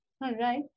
right